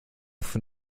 von